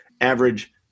average